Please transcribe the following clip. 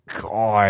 god